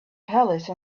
palace